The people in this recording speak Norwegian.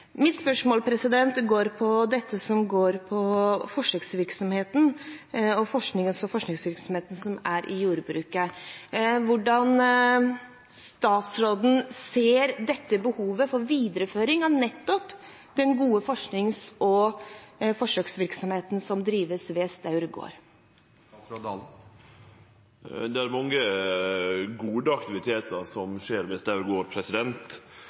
Mitt spørsmål handler om forsknings- og forsøksvirksomheten i jordbruket. Hvordan ser statsråden på behovet for videreføring av nettopp den gode forsknings- og forsøksvirksomheten som drives ved Staur gård? Det er mange gode aktiviteter ved Staur gård, som anten det